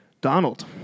Donald